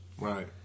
Right